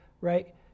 right